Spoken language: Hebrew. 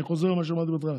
אני חוזר למה שאמרתי בהתחלה,